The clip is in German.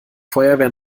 feuerwehr